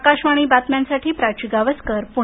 आकाशवाणीच्या बातम्यांसाठी प्राची गावसकर पूणे